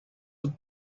sub